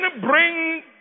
bring